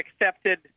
accepted